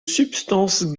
substance